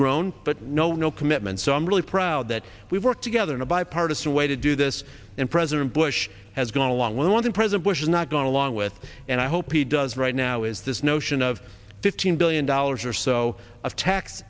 grown but no no commitments so i'm really proud that we work together in a bipartisan way to do this and president bush has gone along with i want to present bush has not gone along with and i hope he does right now is this notion of fifteen billion dollars or so of tax